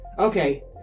Okay